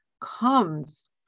comes